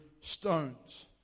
stones